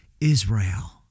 Israel